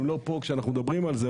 הם לא פה כשאנחנו מדברים על זה,